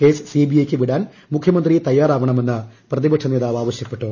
case C B I ക്ക് വിടാൻ മുഖ്യമന്ത്രി തയ്യാറാവണമെന്ന് പ്രതിപക്ഷ നേതാവ് ആവശ്യപ്പെട്ടു